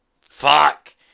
fuck